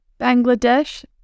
Bangladesh